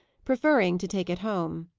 preferring to take it home.